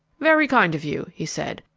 very kind of you, he said.